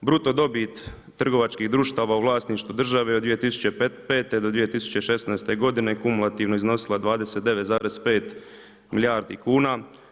Bruto dobit trgovačkih društava u vlasništvu države od 2005. do 2016. godine kumulativno iznosila 29,5 milijardi kuna.